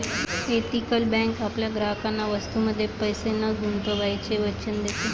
ethical bank आपल्या ग्राहकांना वस्तूंमध्ये पैसे न गुंतवण्याचे वचन देते